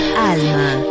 Alma